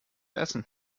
essen